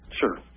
Sure